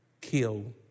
kill